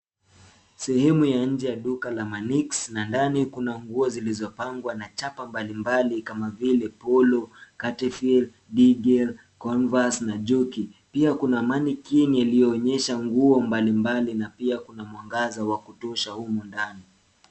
Sehemu ya nje la duka la, manixx, na ndani kuna nguo zilizopangwa na chapa mbalimbali kama vile polo, Catfield, Gigel, converse na juke. Pia kuna manequinns iliyoonyesha nguo mbalimbali na pia kuna mwangaza wa kutosha humu ndani.